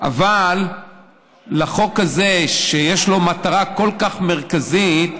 אבל לחוק הזה, שיש לו מטרה כל כך מרכזית,